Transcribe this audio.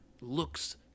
looks